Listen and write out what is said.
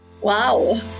wow